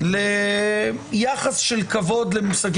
ליחס של כבוד למושגים